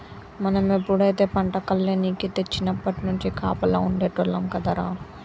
మనం ఎప్పుడైతే పంట కల్లేనికి తెచ్చినప్పట్నుంచి కాపలా ఉండేటోల్లం కదరా